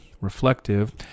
Reflective